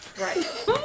Right